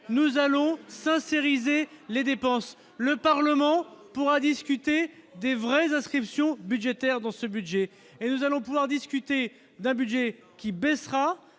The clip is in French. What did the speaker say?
nous allons ça séries et les dépenses, le Parlement pourra discuter des vrais inscription budgétaire dans ce budget, et nous allons pouvoir discuter d'un budget qui baissera